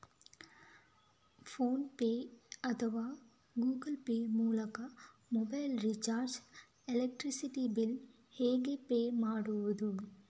Phone pay ಅಥವಾ Google Pay ಮೂಲಕ mobile recharge, electricity bill ಹೇಗೆ ಪೇ ಮಾಡುವುದು?